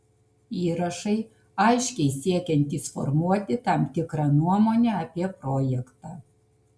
įrašai aiškiai siekiantys formuoti tam tikrą nuomonę apie projektą